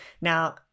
Now